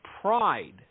pride